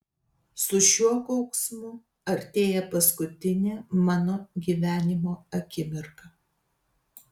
su šiuo kauksmu artėja paskutinė mano gyvenimo akimirka